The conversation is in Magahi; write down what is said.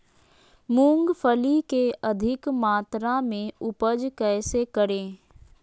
मूंगफली के अधिक मात्रा मे उपज कैसे करें?